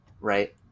right